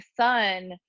son